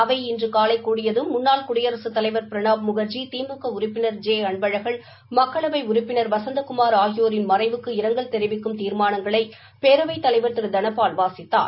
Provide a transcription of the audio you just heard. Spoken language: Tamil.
அவை இன்று காலை கூடியதும் முன்னாள் குடியரகத் தலைவர் பிரணாப் முன்ஜி திமுக உறுப்பினர் ஜெ அன்பழகன் மக்களவை உறுப்பினா் வசந்தகுமார் ஆகியோரின் மறைவுக்கு இரங்கல் தெரிவிக்கும் தீாமானங்களை பேரவைத் தலைவர் திரு தனபால் வாசித்தார்